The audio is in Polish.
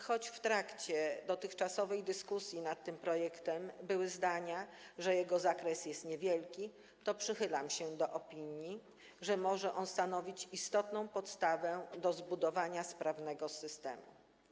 Choć w trakcie dotychczasowej dyskusji nad tym projektem padły zdania, że jego zakres jest niewielki, to przychylam się do opinii, że może on stanowić istotną podstawę do zbudowania sprawnego systemu.